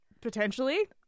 potentially